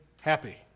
happy